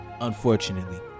unfortunately